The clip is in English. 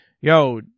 yo